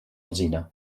alzina